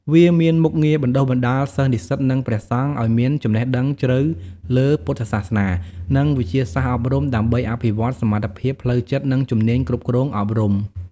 វាមានមុខងារបណ្តុះបណ្តាលសិស្សនិស្សិត និងព្រះសង្ឃឲ្យមានចំណេះដឹងជ្រៅលើពុទ្ធសាសនា និងវិទ្យាសាស្ត្រអប់រំ ដើម្បីអភិវឌ្ឍសមត្ថភាពផ្លូវចិត្ត និងជំនាញគ្រប់គ្រងអប់រំ។